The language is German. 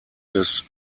des